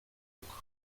autres